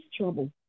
trouble